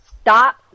stop